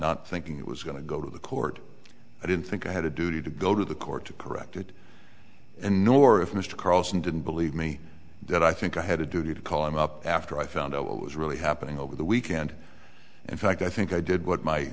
not thinking it was going to go to the court i didn't think i had a duty to go to the court to correct it and nor if mr carlson didn't believe me that i think i had a duty to call him up after i found out what was really happening over the weekend in fact i think i did what my